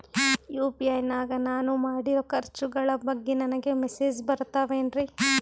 UPI ನಾಗ ನಾನು ಮಾಡಿರೋ ಖರ್ಚುಗಳ ಬಗ್ಗೆ ನನಗೆ ಮೆಸೇಜ್ ಬರುತ್ತಾವೇನ್ರಿ?